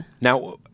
Now